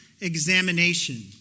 examination